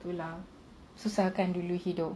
itu lah susah kan dulu hidup